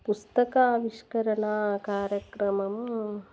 పుస్తకా ఆవిష్కరణ కార్యక్రమం